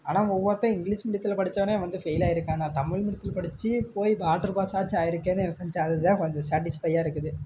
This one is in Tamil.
ஆனால் அங்கே ஒவ்வொருத்தன் இங்கிலீஷ் மீடியத்தில் படித்தவனே வந்து ஃபெயில் ஆகியிருக்கான் நான் தமிழ் மீடியத்தில் படித்து போய் பாட்ரு பாஸாச்சும் ஆகியிருக்கேன்னு எனக்கு கொஞ்சம் அதுதான் கொஞ்சம் சேட்டிஸ்ஃபைடா இருக்குது